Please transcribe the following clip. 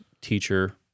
teacher